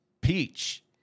peach